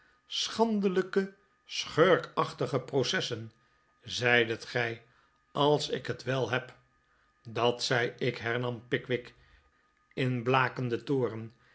schandelijke schurkachtige processen zeidet gij als ik het wel heb dat zei ik hernam pickwick in blakenden toonv